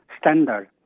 standard